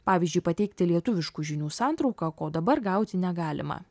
pavyzdžiui pateikti lietuviškų žinių santrauką ko dabar gauti negalima